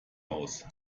aus